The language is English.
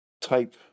type